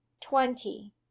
twenty